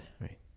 Right